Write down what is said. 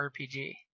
RPG